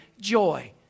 joy